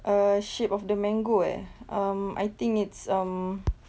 err shape of the mango eh um I think it's um